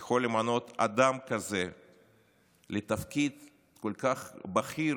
יכול למנות אדם כזה לתפקיד כל כך בכיר